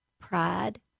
pride